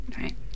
right